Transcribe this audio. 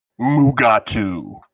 Mugatu